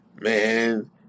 man